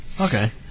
Okay